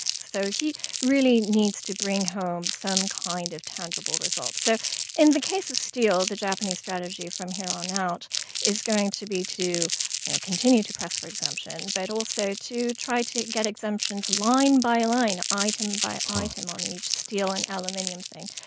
so, he really needs to bring home some kind of tangible result. so in the case of steel, the japanese strategy from here on out is going to be to you know continue to press for exemption, but also to try to get exemptions line by line, item by item on each steel and aluminium thing.